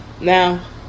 Now